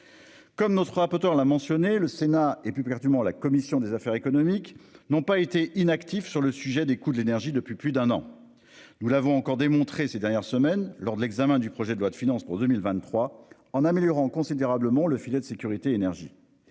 Comme notre rapporteur l'a mentionné le Sénat et puis perdu la commission des affaires économiques n'ont pas été inactifs sur le sujet des coûts de l'énergie depuis plus d'un an. Nous l'avons encore démontré ces dernières semaines lors de l'examen du projet de loi de finances pour 2023, en améliorant considérablement le filet de sécurité, énergie.